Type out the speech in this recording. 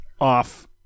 off